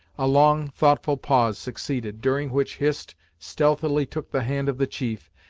a long, thoughtful pause succeeded, during which hist stealthily took the hand of the chief,